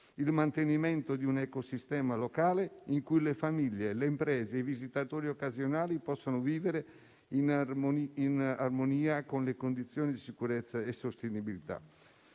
il mantenimento di un ecosistema locale in cui le famiglie, le imprese e i visitatori occasionali possono vivere in armonia con le condizioni di sicurezza e sostenibilità.